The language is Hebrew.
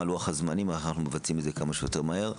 מה לוח הזמנים ואיך אנחנו מבצעים את זה כמה שיותר מהר.